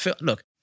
Look